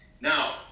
now